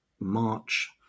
March